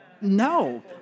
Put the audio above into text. No